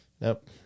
Nope